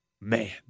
man